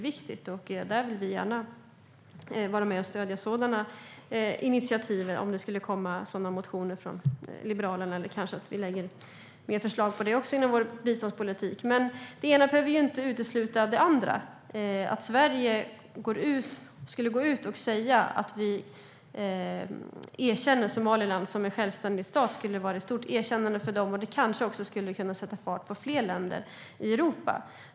Vi vill gärna vara med och stödja sådana initiativ om det skulle komma sådana motioner från Liberalerna - eller kanske att vi lägger fram förslag om det i vår biståndspolitik. Men det ena behöver inte utesluta det andra. Om Sverige gick ut och erkände Somaliland skulle det vara ett stort erkännande för landet, och det skulle kanske också sätta fart på fler länder i Europa.